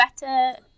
better